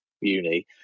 uni